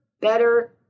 better